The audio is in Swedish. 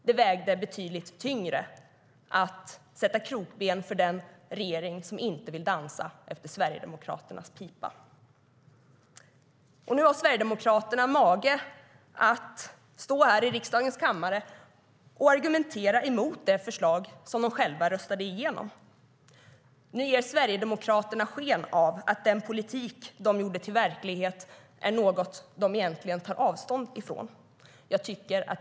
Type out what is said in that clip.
Det vägde betydligt tyngre att sätta krokben för den regering som inte vill dansa efter Sverigedemokraternas pipa. Nu har Sverigedemokraterna mage att stå här i riksdagens kammare och argumentera mot det förslag som de själva röstade igenom. Nu ger Sverigedemokraterna sken av att den politik de gjorde till verklighet är något de egentligen tar avstånd från.